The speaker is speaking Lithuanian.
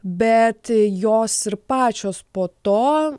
bet jos ir pačios po to